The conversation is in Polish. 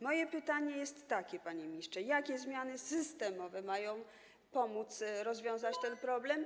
Moje pytanie jest takie, panie ministrze: Jakie zmiany systemowe mają pomóc rozwiązać ten problem?